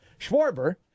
Schwarber